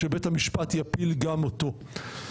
שבית המשפט יפיל גם אותו.